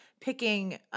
picking –